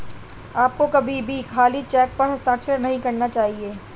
आपको कभी भी खाली चेक पर हस्ताक्षर नहीं करना चाहिए